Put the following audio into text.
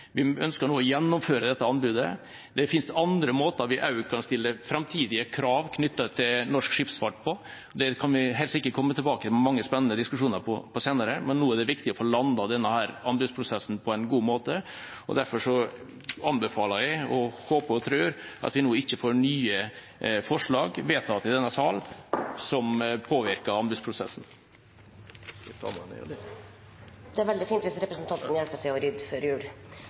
Vi ønsker nå å gjennomføre dette anbudet. Det finnes også andre måter vi kan stille framtidige krav knyttet til norsk skipsfart, på. Vi kan helt sikkert komme tilbake igjen med mange spennende diskusjoner om dette senere, men nå er det viktig å få landet denne anbudsprosessen på en god måte. Derfor anbefaler jeg – og håper og tror – at vi nå ikke får nye forslag vedtatt i denne salen som påvirker anbudsprosessen. President, skal jeg ta med meg notatene ned? Det er veldig fint hvis representanten hjelper til med å rydde før jul.